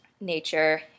nature